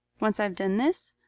once i've done this,